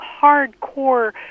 hardcore